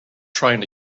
trying